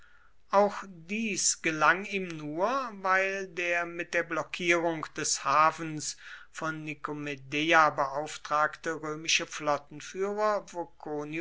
auch dies gelang ihm nur weil der mit der blockierung des hafens von nikomedeia beauftragte